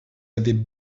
avaient